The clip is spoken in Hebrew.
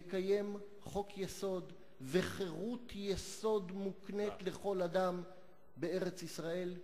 לקיים חוק-יסוד וחירות יסוד המוקנית לכל אדם בארץ-ישראל,